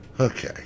Okay